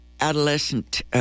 adolescent